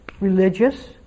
religious